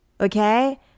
Okay